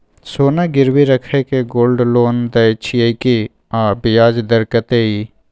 सोना गिरवी रैख के गोल्ड लोन दै छियै की, आ ब्याज दर कत्ते इ?